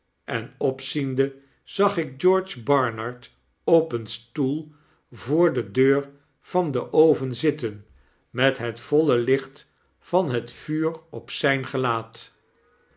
en opziende zag ik george barnard op een stoel voor de deur van den oven zitten met het voile licht van het vuur op zijn gelaat